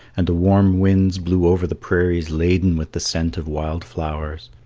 and the warm winds blew over the prairies laden with the scent of wild flowers.